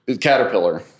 Caterpillar